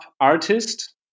artist